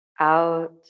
out